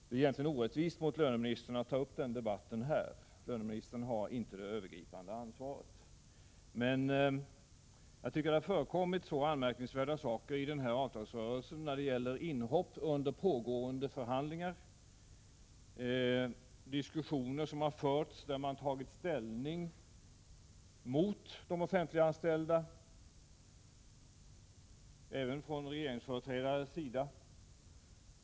Det är egentligen orättvist mot löneministern att ta upp den debatten här — löneministern har inte det övergripande ansvaret. Men jag tycker att det har förekommit så anmärkningsvärda saker i den här avtalsrörelsen: inhopp under pågående förhandlingar och diskussioner som förts där man tagit ställning mot de offentliganställda, även från regeringsföreträdares sida.